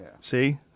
See